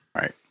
Right